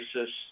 ISIS